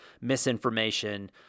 misinformation